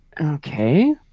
okay